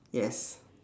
yes